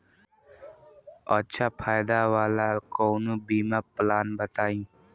अच्छा फायदा वाला कवनो बीमा पलान बताईं?